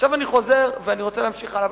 עכשיו אני חוזר ואני רוצה להמשיך הלאה,